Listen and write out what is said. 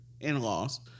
in-laws